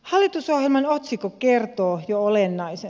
hallitusohjelman otsikko kertoo jo olennaisen